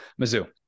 Mizzou